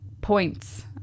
points